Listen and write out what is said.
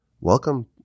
Welcome